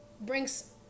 brings